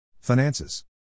Finances